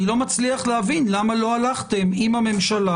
אני לא מצליח להבין למה לא הלכתם עם הממשלה